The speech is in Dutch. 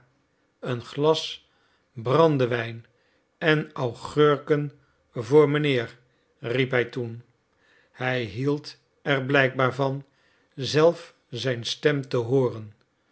een glas brandewijn en augurken voor mijnheer riep hij toen hij hield er blijkbaar van zelf zijn stem te hooren